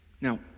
Now